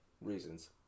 reasons